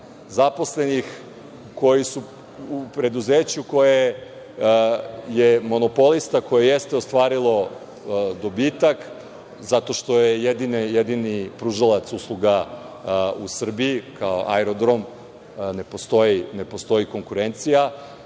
Zaposlenih koji su u preduzeću koje je monopolista, koje jeste ostvarilo dobitak zato što je jedini pružalac usluga u Srbiji. kao aerodrom ne postoji konkurencija,